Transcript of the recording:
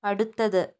അടുത്തത്